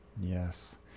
Yes